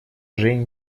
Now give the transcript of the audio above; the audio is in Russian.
женя